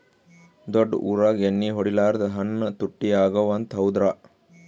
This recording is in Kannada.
ದೊಡ್ಡ ಊರಾಗ ಎಣ್ಣಿ ಹೊಡಿಲಾರ್ದ ಹಣ್ಣು ತುಟ್ಟಿ ಅಗವ ಅಂತ, ಹೌದ್ರ್ಯಾ?